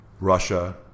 Russia